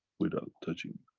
without touching.